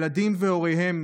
ילדים והוריהם,